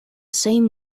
same